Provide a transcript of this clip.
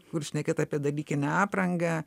kur šnekėt apie dalykinę aprangą